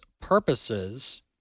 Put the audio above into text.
purposes